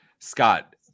Scott